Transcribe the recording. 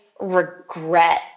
regret